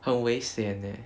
很危险 eh